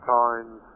times